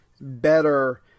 better